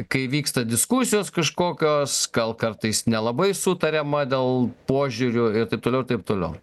kai vyksta diskusijos kažkokios gal kartais nelabai sutariama dėl požiūrių ir taip toliau ir taip toliau